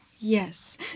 Yes